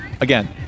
again